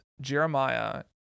Jeremiah